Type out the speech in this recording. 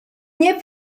nie